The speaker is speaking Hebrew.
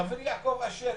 חברי יעקב אשר,